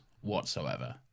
whatsoever